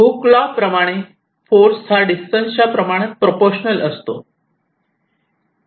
hook law प्रमाणे force हा distance च्या प्रमाणात प्रपोशनल असतो